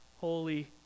holy